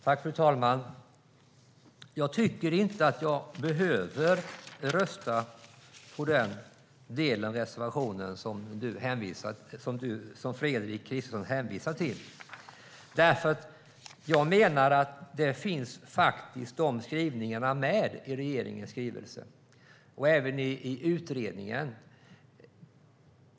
Fru talman! Jag tycker inte att jag behöver rösta på reservationen som Fredrik Christensson hänvisar till. Jag menar att de skrivningarna finns med i regeringens skrivelse och även i utredningen.